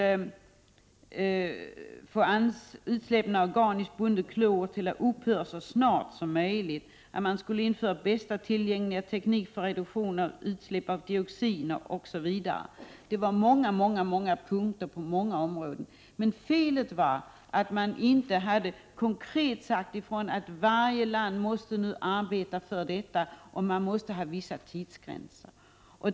Utsläppen av organiskt bundet klor skulle upphöra så snart som möjligt, man skulle införa bästa tillgängliga teknik för reduktion av utsläppen av dioxiner, osv. Det var många punkter på många områden. Felet var att man inte konkret hade sagt ifrån att varje land måste arbeta för detta och att det måste finnas vissa tidsgränser.